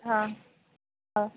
ಹಾಂ ಹಾಂ